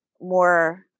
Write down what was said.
more